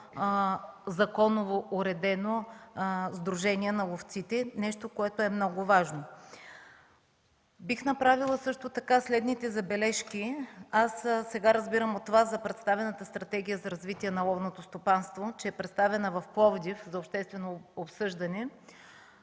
законово уредено сдружение на ловците – нещо, което е много важно. Бих направила също така следните забележки. Сега разбирам от Вас за представената Стратегия за развитие на ловното стопанство, че е представена за обществено обсъждане